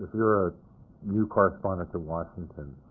you're a new correspondent to washington,